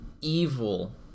evil